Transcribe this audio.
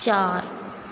चार